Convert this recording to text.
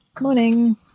morning